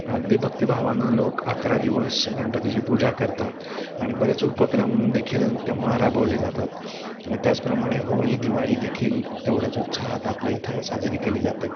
अगदी भक्तिभावानं लोक अकरा दिवस गणपतीची पूजा करतात आणि बरेच उपक्रम देखील तेव्हा राबवले जातात त्याचप्रमाणे होळी दिवाळी देखील तेवढ्याच उत्साहात आपल्या इथं साजरी केली जाते